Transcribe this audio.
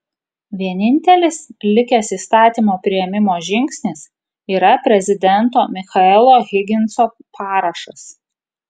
vienintelis likęs įstatymo priėmimo žingsnis yra prezidento michaelo higginso parašas